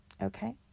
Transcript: Okay